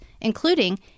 including